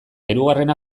hirugarrena